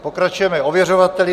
Pokračujeme ověřovateli.